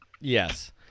Yes